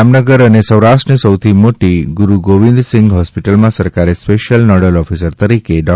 જામનગર અને સૌરાષ્ટ્ર ની સૌથી મોટી ગુરૂ ગોવિંદસિંઘ હોસ્પિટલમાં સરકારે સ્પેશ્યલ નોડલ ઓફિસર તરીકે ડો